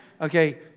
Okay